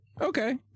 Okay